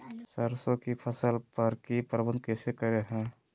सरसों की फसल पर की प्रबंधन कैसे करें हैय?